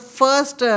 first